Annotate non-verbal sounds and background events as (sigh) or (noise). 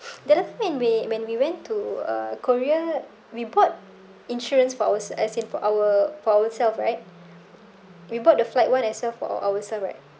(noise) the other time when we when we went to uh korea we bought insurance for ours~ as in for our for ourself right we bought the flight one and sell for ourself right